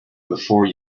before